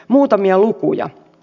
muutamia lukuja